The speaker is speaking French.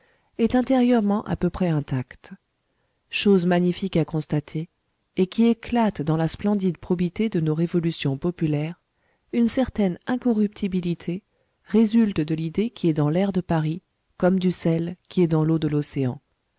est intérieurement à peu près intact chose magnifique à constater et qui éclate dans la splendide probité de nos révolutions populaires une certaine incorruptibilité résulte de l'idée qui est dans l'air de paris comme du sel qui est dans l'eau de l'océan